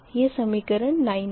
यह समीकरण 9 है